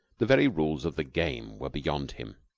the very rules of the game were beyond him.